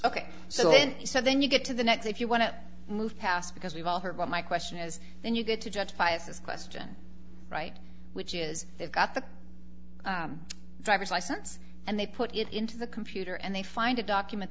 then so then you get to the next if you want to move past because we've all heard but my question is when you get to justify it's this question right which is they've got the driver's license and they put it into the computer and they find a document